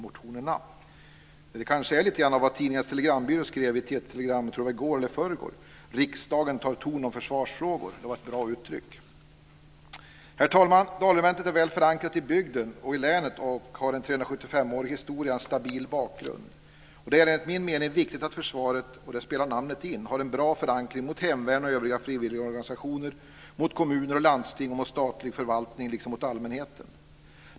Det var kanske lite av det som Tidningarnas Telegrambyrå skrev i förrgår: Riksdagen tar ton om försvarsfrågor! Det var bra uttryckt. Herr talman! Dalregementet är väl förankrat i bygden och i länet. Det har med sin 375-åriga historia en stabil bakgrund. Det är, enligt min mening, viktigt att försvaret har en god förankring - och där spelar namnet en roll - hos hemvärn och övriga frivilligorganisationer, hos kommuner och landsting, hos statlig förvaltning samt hos allmänheten.